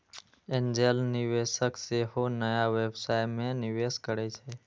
angel निवेशक सेहो नया व्यवसाय मे निवेश करै छै